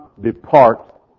depart